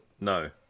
No